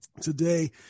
today